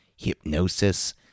Hypnosis